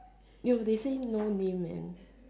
yo they say no name man